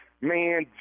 man